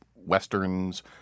Westerns